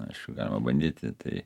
aišku galima bandyti tai